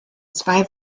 zwei